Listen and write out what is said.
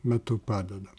metu padeda